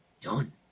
done